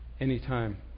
anytime